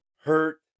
hurt